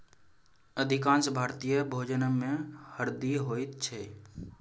अधिकांश भारतीय भोजनमे हरदि होइत छै